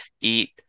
eat